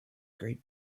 great